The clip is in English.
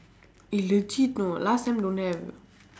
eh legit know last time don't have